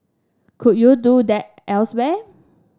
could you do that elsewhere